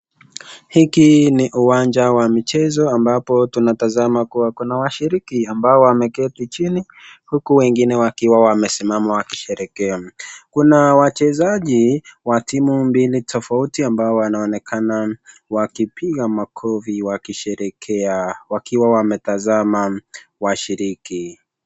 Hiki ni uwanja wa michezo ambapo tunatasama kuwa kuna washiriki ambao wameketi jini huku wengine wakiwa wamesimama wakisherehekea. Kuna wachezaji mbili wa timu tofauti ambao wanaonekana wakipiga makofi wakisherehekea wakiwa wametasama washiriki.